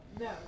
No